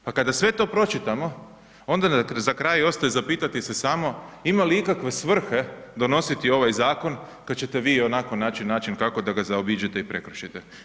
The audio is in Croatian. Pa kada sve to pročitamo, onda za kraj ostaje zapitati se samo ima li ikakve svrhe donositi ovaj zakon kad ćete vi ionako naći način kako da ga zaobiđete i prekršite?